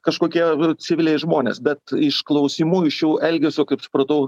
kažkokie civiliai žmonės bet iš klausimų iš jų elgesio kaip supratau